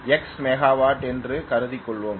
X megawatt என்று கருதிக் கொள்வோம்